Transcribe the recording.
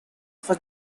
for